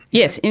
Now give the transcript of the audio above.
yes, yeah